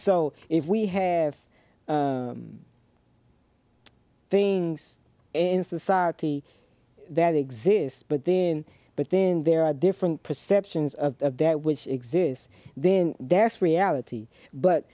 so if we have things in society that exists but then but then there are different perceptions of that which exists then there's reality but